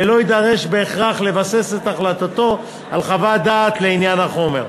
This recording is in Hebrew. ולא יידרש בהכרח לבסס את החלטתו על חוות דעת לעניין החומר.